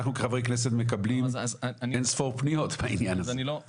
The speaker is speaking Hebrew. אנחנו כח"כ מקבלים אין ספור פניות בעניין הזה.